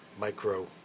Micro